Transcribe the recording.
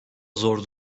zor